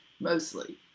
mostly